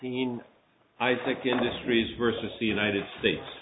sixteen i think industries versus the united states